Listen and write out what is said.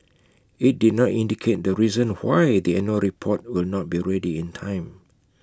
IT did not indicate the reason why the annual report will not be ready in time